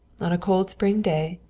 on a cold spring day,